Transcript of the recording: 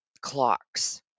clocks